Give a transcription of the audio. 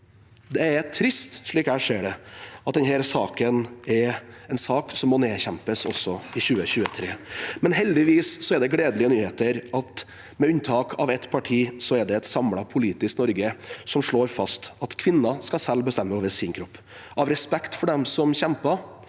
Det er trist, slik jeg ser det, at denne kampen må kjempes også i 2023. Heldigvis er det gledelige nyheter: Med unntak av ett parti er det et samlet politisk Norge som slår fast at kvinner selv skal bestemme over sin kropp – av respekt for dem som kjempet,